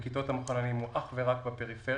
בכיתות המחוננים הוא אך ורק בפריפריה.